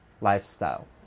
lifestyle